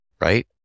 Right